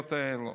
הצעירות האלה.